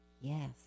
Yes